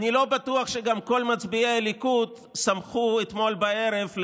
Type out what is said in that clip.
אני גם לא בטוח שכל מצביעי הליכוד שמחו אתמול בערב על